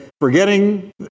forgetting